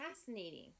fascinating